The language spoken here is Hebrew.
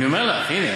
אני אומר לך, הנה.